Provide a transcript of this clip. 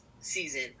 season